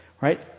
Right